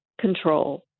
control